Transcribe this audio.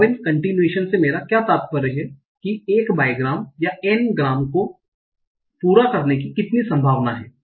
novel continuation से मेरा क्या तात्पर्य है कि एक बाइग्राम या n ग्राम को पूरा करने की कितनी संभावना है